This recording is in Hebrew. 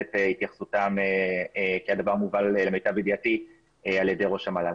את התייחסותם כי למיטב ידיעתי הדבר מובל על ידי ראש המל"ל.